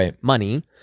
money